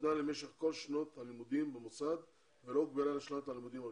שניתנה למשך כל שנות הלימודים במוסד ולא הוגבלה לשנת הלימודים הראשונה.